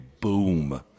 boom